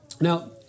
Now